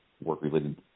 work-related